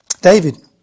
David